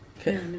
Okay